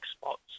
spots